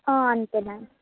అంతేనండి